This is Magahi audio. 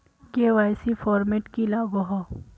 के.वाई.सी फॉर्मेट की लागोहो?